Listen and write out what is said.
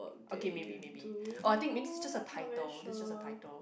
okay maybe maybe or I think it just a title this just a title